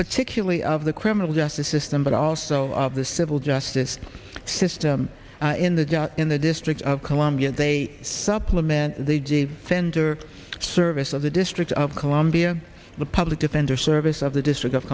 particularly of the criminal justice system but also the civil justice system in the in the district of columbia they supplement the fender service of the district of columbia the public defender service of the district of